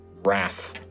wrath